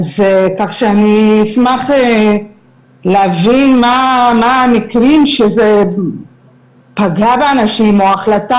כך שאני אשמח להבין מה המקרים שזה פגע באנשים או החלטה